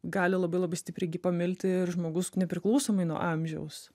gali labai labai stipriai gi pamilti ir žmogus nepriklausomai nuo amžiaus